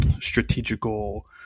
strategical